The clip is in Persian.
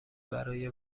برای